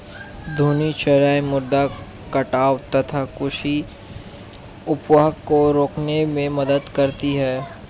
घूर्णी चराई मृदा कटाव तथा कृषि अपवाह को रोकने में मदद करती है